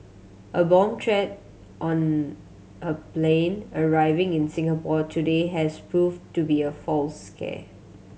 a bomb threat on a plane arriving in Singapore today has prove to be a false scare